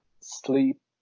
sleep